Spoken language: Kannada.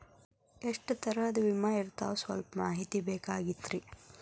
ಎಷ್ಟ ತರಹದ ವಿಮಾ ಇರ್ತಾವ ಸಲ್ಪ ಮಾಹಿತಿ ಬೇಕಾಗಿತ್ರಿ